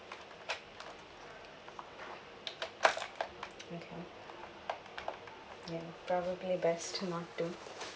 okay ya probably best to not to